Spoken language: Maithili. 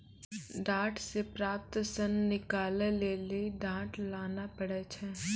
डांट से प्राप्त सन निकालै लेली डांट लाना पड़ै छै